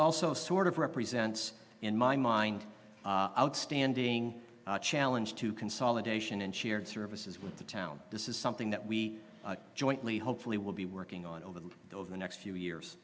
also sort of represents in my mind outstanding challenge to consolidation and shared services with the town this is something that we jointly hopefully will be working on over the over the next few years